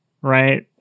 right